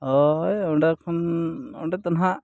ᱦᱳᱭ ᱚᱸᱰᱮ ᱠᱷᱚᱱ ᱚᱸᱰᱮᱫᱚ ᱱᱟᱦᱟᱜ